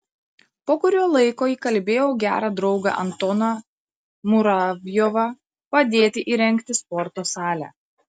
po kurio laiko įkalbėjau gerą draugą antoną muravjovą padėti įrengti sporto salę